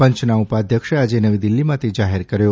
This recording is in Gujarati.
પંચના ઉપાધ્યક્ષે આજે નવી દિલ્હીમાં તે જાહેર કર્યો